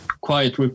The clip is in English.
quiet